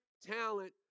talent